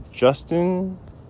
Justin